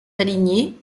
alignés